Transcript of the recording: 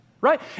right